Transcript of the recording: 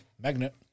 Magnet